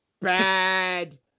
bad